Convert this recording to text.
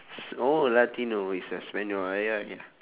oh latino is espanyol ah ya ya